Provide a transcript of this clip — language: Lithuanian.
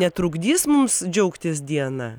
netrukdys mums džiaugtis diena